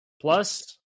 plus